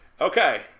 Okay